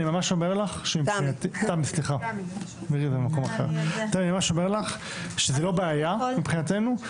אני ממש אומר לך שזו לא בעיה מבחינתנו,